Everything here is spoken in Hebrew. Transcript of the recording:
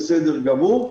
וזה בסדר גמור.